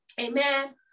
Amen